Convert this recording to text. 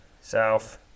south